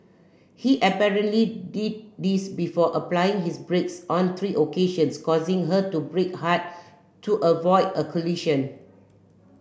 he apparently did this before applying his brakes on three occasions causing her to brake hard to avoid a collision